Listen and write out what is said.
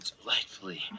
delightfully